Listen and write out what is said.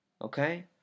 Okay